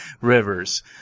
Rivers